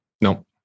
No